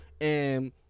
and-